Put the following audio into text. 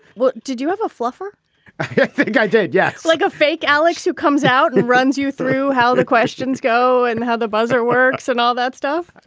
well, did you have a fluffer guy, jay? yes. like a fake alex who comes out and runs you through how the questions go and how the buzzer works and all that stuff.